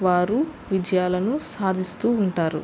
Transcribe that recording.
వారు విజయాలను సాధిస్తూ ఉంటారు